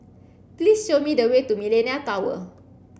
please show me the way to Millenia Tower